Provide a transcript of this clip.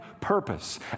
purpose